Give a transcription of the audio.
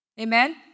Amen